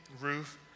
Ruth